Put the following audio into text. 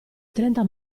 trenta